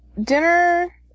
dinner